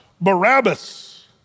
Barabbas